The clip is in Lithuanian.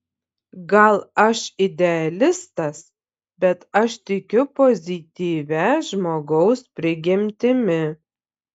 gal aš idealistas bet aš tikiu pozityvia žmogaus prigimtimi